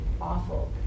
awful